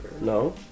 No